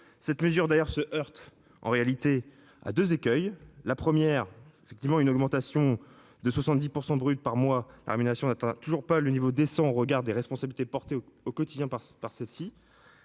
Cette mesure d'ailleurs, se heurte en réalité à 2 écueils. La première effectivement une augmentation de 70% brut par mois armée-nation n'atteint toujours pas le niveau décent au regard des responsabilités porté au au quotidien par par celle-ci.